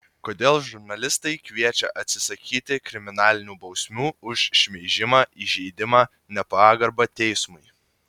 kodėl žurnalistai kviečia atsisakyti kriminalinių bausmių už šmeižimą įžeidimą nepagarbą teismui